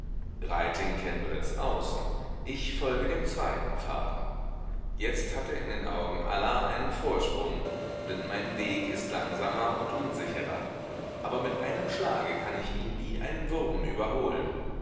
kennt nur das außen ich folge dem zweiten faden jetzt hat er in den augen aller einen vorsprung denn mein weg ist langsamer und unsicherer aber mit einem schlage kann ich ihn wie einen wurm überholen